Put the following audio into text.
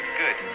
good